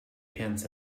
pants